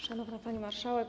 Szanowna Pani Marszałek!